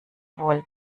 wohl